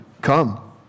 Come